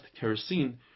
kerosene